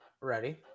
Ready